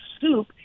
soup